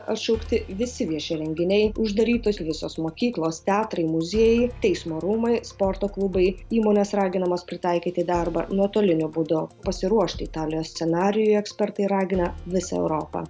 atšaukti visi vieši renginiai uždarytos visos mokyklos teatrai muziejai teismo rūmai sporto klubai įmonės raginamos pritaikyti darbą nuotoliniu būdu pasiruošti italijos scenarijui ekspertai ragina visą europą